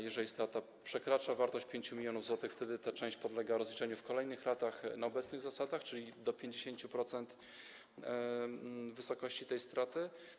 Jeżeli strata przekracza wartość 5 mln zł, wtedy ta część podlega rozliczeniu w kolejnych latach na obecnych zasadach, czyli do 50% wysokości tej straty.